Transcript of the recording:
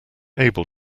able